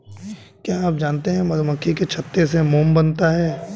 क्या आप जानते है मधुमक्खी के छत्ते से मोम बनता है